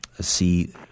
see